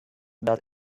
that